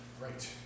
right